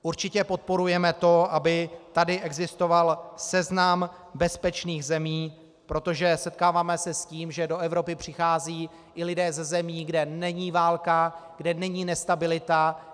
Určitě podporujeme to, aby tady existoval seznam bezpečných zemí, protože se setkáváme s tím, že do Evropy přicházejí i lidé ze zemí, kde není válka, kde není nestabilita.